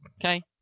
okay